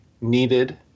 needed